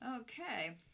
Okay